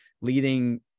leading